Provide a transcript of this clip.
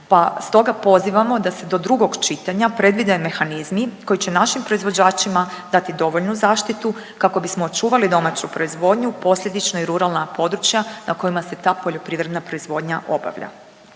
pa stoga pozivamo da se do drugog čitanja predvide mehanizmi koji će našim proizvođačima dati dovoljnu zaštitu kako bismo očuvali domaću proizvodnju, posljedično i ruralna područja na kojima se ta poljoprivredna proizvodnja obavlja.